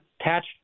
attached